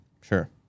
Sure